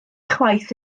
chwaith